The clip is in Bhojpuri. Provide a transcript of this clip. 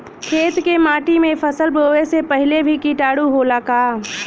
खेत के माटी मे फसल बोवे से पहिले भी किटाणु होला का?